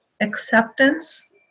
acceptance